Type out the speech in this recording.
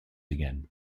again